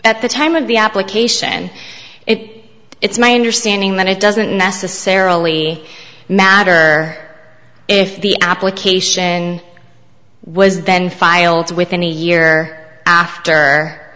at the time of the application it it's my understanding that it doesn't necessarily matter if the application was then filed within a year after